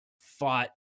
fought